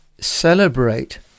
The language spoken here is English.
celebrate